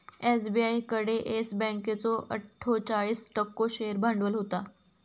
SBI कडे Yes बँकेचो अट्ठोचाळीस टक्को शेअर भांडवल होता